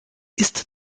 ist